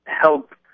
help